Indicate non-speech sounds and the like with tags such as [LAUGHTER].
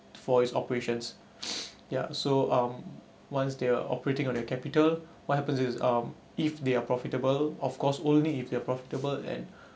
for its operations [BREATH] ya so um once they are operating on your capital what happens is um if they are profitable of course only if they are profitable and [BREATH]